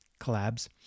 collabs